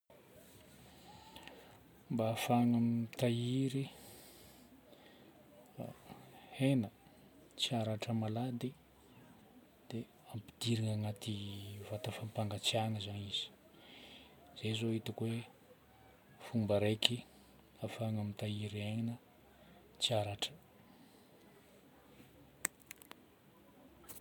Mba hahafahagna mitahiry hena tsy haratra malady dia ampidirina agnaty vata fampangatsiahagna zagny izy. Zay zao hitako hoe fomba raiky ahafahagna mitahiry hena tsy haratra